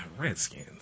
Redskins